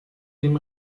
dem